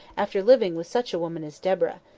after living with such a woman as deborah.